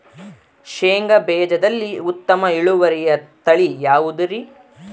ಶೇಂಗಾ ಬೇಜದಲ್ಲಿ ಉತ್ತಮ ಇಳುವರಿಯ ತಳಿ ಯಾವುದುರಿ?